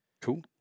Cool